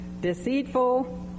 deceitful